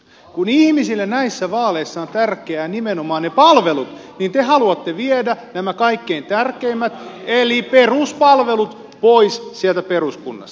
kun ihmisille näissä vaaleissa on tärkeää nimenomaan ne palvelut niin te haluatte viedä nämä kaikkein tärkeimmät eli peruspalvelut pois sieltä peruskunnasta